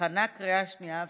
להכנה לקריאה שנייה ושלישית.